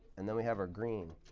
and then we have our green.